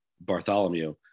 Bartholomew